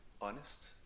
honest